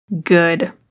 Good